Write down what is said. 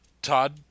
Todd